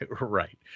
Right